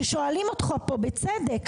ששואלים אותך פה בצדק,